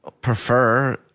prefer